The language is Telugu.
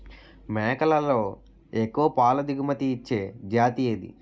మేకలలో ఎక్కువ పాల దిగుమతి ఇచ్చే జతి ఏది?